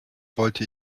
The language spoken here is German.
wollte